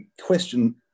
Question